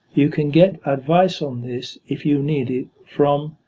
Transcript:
you can get advice on this, if you need it, from